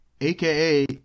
aka